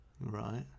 Right